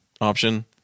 option